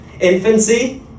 infancy